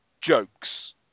Jokes